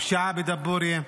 פשיעה בדבורייה.